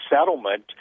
settlement